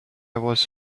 was